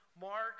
Mark